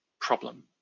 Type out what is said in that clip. problem